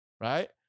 Right